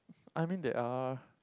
I mean there are